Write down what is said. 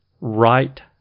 right